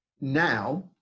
Now